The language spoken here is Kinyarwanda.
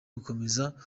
ugukomeza